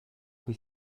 cui